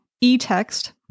e-text